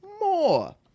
more